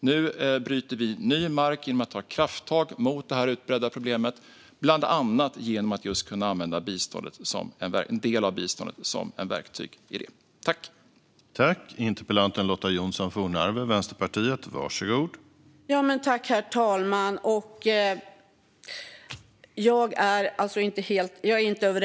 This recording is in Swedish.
Nu bryter vi ny mark genom att ta krafttag mot detta utbredda problem, bland annat just genom att kunna använda en del av biståndet som ett verktyg i detta.